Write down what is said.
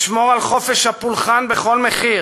לשמור על חופש הפולחן בכל מחיר